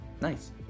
nice